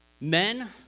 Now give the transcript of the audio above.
men